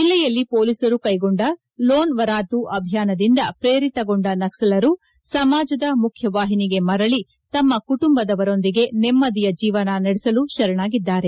ಜಲ್ಲೆಯಲ್ಲಿ ಪೊಲೀಸರು ಕೈಗೊಂಡ ಲೋನ್ ವರಾತು ಅಭಿಯಾನದಿಂದ ಪ್ರೇರಿತಗೊಂಡ ನಕ್ಲರು ಸಮಾಜದ ಮುಖ್ಕವಾಹಿನಿಗೆ ಮರಳಿ ತಮ್ಮ ಕುಟುಂಬದವರೊಂದಿಗೆ ನೆಮ್ಮದಿಯ ಜೀವನ ನಡೆಸಲು ಶರಣಾಗಿದ್ದಾರೆ